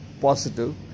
positive